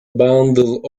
bundle